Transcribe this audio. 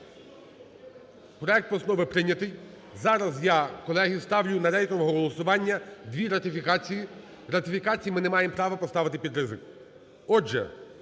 Проект постанови прийнятий. Зараз я, колеги, ставлю на рейтингове голосування дві ратифікації. Ратифікації ми не маємо права поставити під ризик.